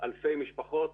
אלפי משפחות,